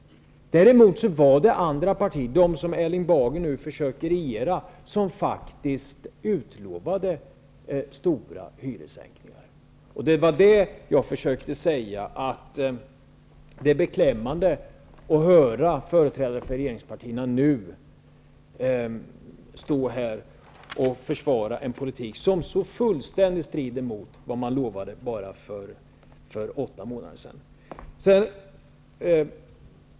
Däremot fanns det andra partier, de partier som Erling Bager nu försöker regera, som faktiskt utlovade stora hyressänkningar. Vad jag försökte säga var att det är beklämmande att nu höra företrädare för regeringspartierna försvara en politik som så fullständigt strider mot vad man lovade för bara åtta månader sedan.